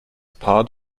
part